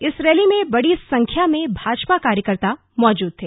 इस रैली में बड़ी संख्या में भाजपा कार्यकर्ता मौजूद थे